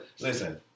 listen